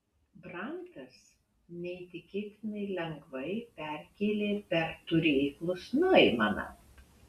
brantas neįtikėtinai lengvai perkėlė per turėklus noimaną